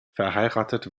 verheiratet